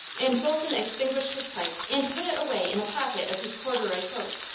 and bolton extinguished his pipe, and put it away in a pocket of his corduroy coat.